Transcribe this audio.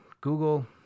Google